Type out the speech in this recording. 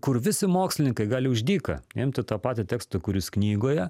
kur visi mokslininkai gali už dyką imti tą patį teksto kuris knygoje